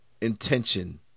intention